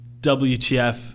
WTF